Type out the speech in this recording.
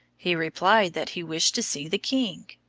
he replied that he wished to see the king.